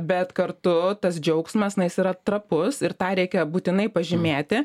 bet kartu tas džiaugsmas na jis yra trapus ir tą reikia būtinai pažymėti